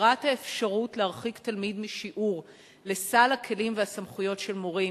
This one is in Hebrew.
בהחזרת האפשרות להרחיק תלמיד משיעור לסל הכלים והסמכויות של מורים,